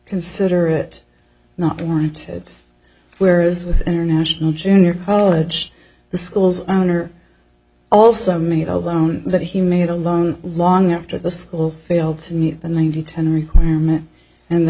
consider it not warranted where is with international junior college the school's owner also made a loan that he made a loan long after the school failed to meet the ninety ten requirement and the